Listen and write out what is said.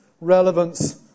relevance